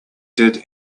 did